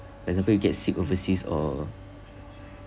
for example you get sick overseas or